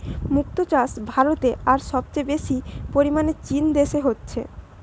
মুক্তো চাষ ভারতে আর সবচেয়ে বেশি পরিমাণে চীন দেশে হচ্ছে